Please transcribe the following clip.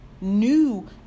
new